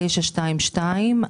922,